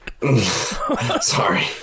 sorry